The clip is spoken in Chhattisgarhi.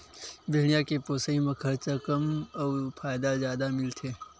भेड़िया के पोसई म खरचा कम अउ फायदा जादा मिलथे